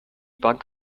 bank